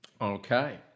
Okay